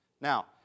Now